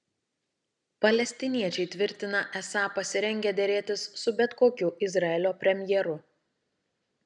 palestiniečiai tvirtina esą pasirengę derėtis su bet kokiu izraelio premjeru